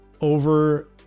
over